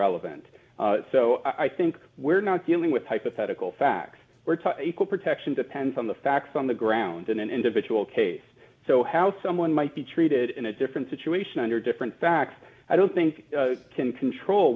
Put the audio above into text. and so i think we're not dealing with hypothetical fact we're taught equal protection depends on the facts on the ground in an individual case so how someone might be treated in a different situation under different fact i don't think i can control